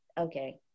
okay